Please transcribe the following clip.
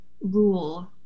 rule